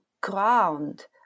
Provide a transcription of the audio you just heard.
ground